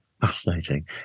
Fascinating